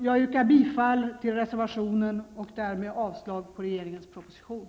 Jag yrkar bifall till reservationen och därmed avslag på regeringens proposition.